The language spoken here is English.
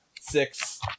six